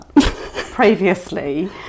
previously